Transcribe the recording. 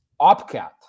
opcat